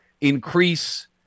increase